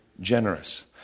generous